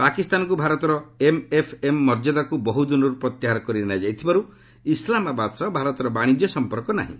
ପାକିସ୍ତାନକୁ ଭାରତର ଏମ୍ଏଫ୍ଏମ୍ ମର୍ଯ୍ୟଦାକୁ ବହୁଦିନରୁ ପ୍ରତ୍ୟାହାର କରି ନିଆଯାଇଥିବାର୍ତ ଇସଲାମାବାଦ ସହ ଭାରତର ବାଣିଜ୍ୟ ସମ୍ପର୍କ ନାହିଁ